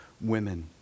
women